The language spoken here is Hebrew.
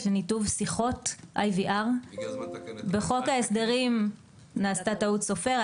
לניתוב שיחות IVR. בחוק ההסדרים נעשתה טעות סופר,